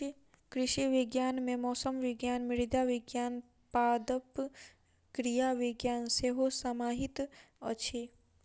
कृषि विज्ञान मे मौसम विज्ञान, मृदा विज्ञान, पादप क्रिया विज्ञान सेहो समाहित अछि